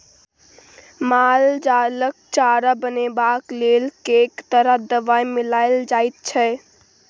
माल जालक चारा बनेबाक लेल कैक तरह दवाई मिलाएल जाइत छै